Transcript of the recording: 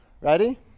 Ready